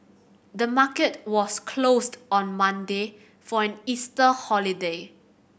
the market was closed on Monday for an Easter holiday